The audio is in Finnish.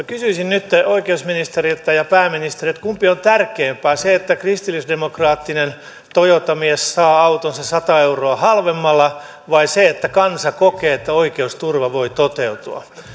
kysyisin nytten oikeusministeriltä ja pääministeriltä kumpi on tärkeämpää se että kristillisdemokraattinen toyota mies saa autonsa sata euroa halvemmalla vai se että kansa kokee että oikeusturva voi toteutua